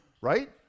Right